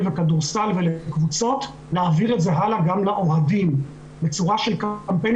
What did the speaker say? וכדורסל ולקבוצות להעביר את זה הלאה גם לאוהדים בצורה של קמפיינים